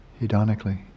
Hedonically